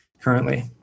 currently